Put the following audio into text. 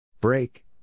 Break